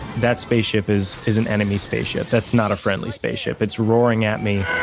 that spaceship is is an enemy spaceship. that's not a friendly spaceship. it's roaring at me